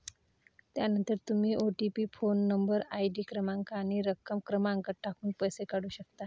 त्यानंतर तुम्ही OTP phone number, ID क्रमांक आणि रक्कम क्रमांक टाकून पैसे काढू शकता